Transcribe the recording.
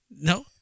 No